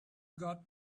got